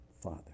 father